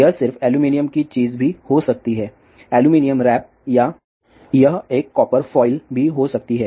यह सिर्फ एल्युमिनियम की चीज भी हो सकती है एल्युमिनियम रैप या यह एक कॉपर फॉइल भी हो सकती है